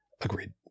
Agreed